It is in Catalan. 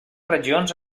regions